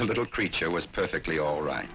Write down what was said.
little creature was perfectly alright